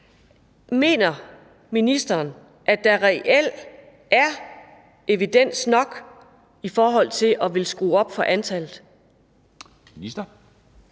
Mener ministeren, at der reelt er evidens nok i forhold til at ville skrue op for antallet?